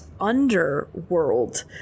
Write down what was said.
underworld